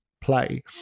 play